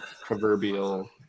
proverbial